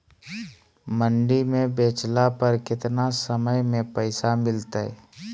मंडी में बेचला पर कितना समय में पैसा मिलतैय?